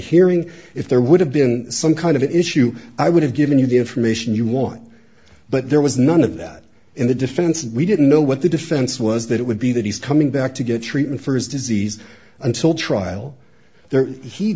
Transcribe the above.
hearing if there would have been some kind of issue i would have given you the information you want but there was none of that in the defense and we didn't know what the defense was that it would be that he's coming back to get treatment for his disease until trial there he